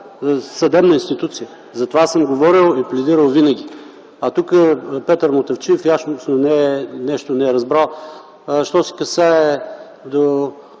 съдебна институция. За това съм говорил и пледирал винаги, а тук Петър Мутафчиев ясно, че нещо не е разбрал. Що се касае до